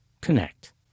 connect